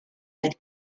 had